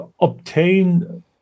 Obtain